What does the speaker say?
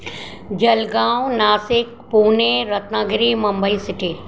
Jalgaon Nashik Pune Ratnagiri Mumbai city